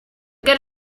got